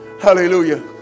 Hallelujah